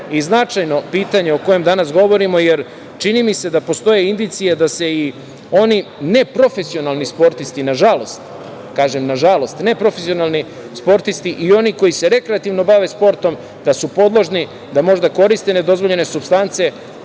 i značajno pitanje o kojem danas govorimo, jer čini mi se da postoje indicije da su i oni neprofesionalni sportisti, nažalost, kažem, i oni koji se rekreativno bave sportom podložni, da možda koriste nedozvoljene supstance